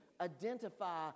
identify